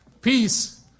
Peace